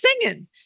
singing